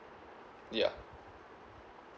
yeah